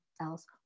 else